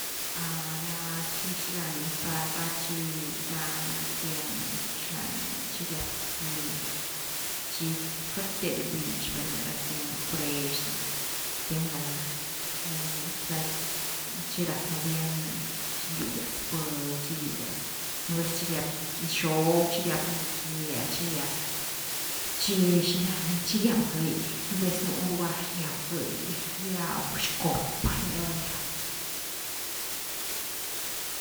Ra chi xilani par ra chí ra tiem chi riab niz gye, chi fuertas riu bix velmna ra tiem curex ni, tiem gal nald, velna ni ra chi rack noviembre ni chi riugyas vhë chi riugyas, nú vez chi riab gye-xob, chi riab za nix gye, chi riab, chi xilani chi riab gëi, nú vez nú lugar riab gëi riab xcop rninava riab.